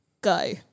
Go